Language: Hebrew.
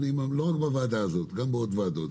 לא רק בוועדה הזאת, גם בעוד ועדות.